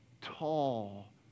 tall